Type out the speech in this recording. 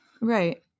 right